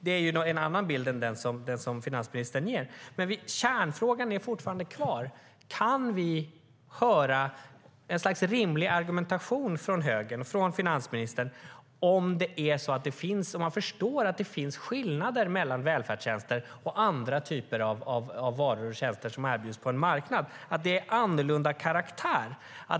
Det är en annan bild än den som finansministern ger. Men kärnfrågan är fortfarande kvar. Kan vi höra en rimlig argumentation från högern, från finansministern, så att man förstår att det finns skillnader mellan välfärdstjänster och andra typer av varor och tjänster som erbjuds på en marknad? Det är en annorlunda karaktär.